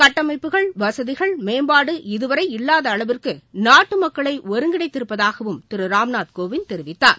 கட்டமைப்புகள் வசதிகள் மேம்பாடு இதுவரை இல்லாத அளவிற்கு நாட்டு மக்களை ஒருங்கிணைந்திருப்பதாகவும் திரு ராம்நாத் கோவிந்த் தெரிவித்தார்